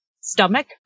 stomach